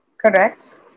Correct